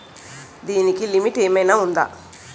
దీనికి లిమిట్ ఆమైనా ఉందా?